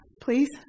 please